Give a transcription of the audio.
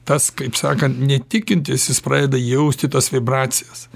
tas kaip sakant netikintis jis pradeda jausti tas vibracijas